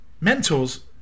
Mentors